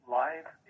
life